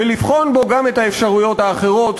ולבחון בו גם את האפשרויות האחרות,